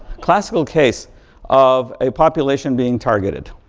classical case of a population being targeted.